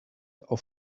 auf